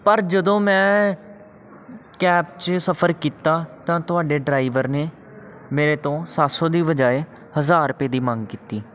ਪਰ ਜਦੋਂ ਮੈਂ ਕੈਬ 'ਚ ਸਫ਼ਰ ਕੀਤਾ ਤਾਂ ਤੁਹਾਡੇ ਡਰਾਈਵਰ ਨੇ ਮੇਰੇ ਤੋਂ ਸੱਤ ਸੌ ਦੀ ਬਜਾਏ ਹਜ਼ਾਰ ਰੁਪਏ ਦੀ ਮੰਗ ਕੀਤੀ